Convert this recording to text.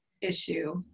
issue